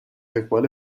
اقبال